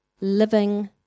living